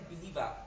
believer